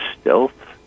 stealth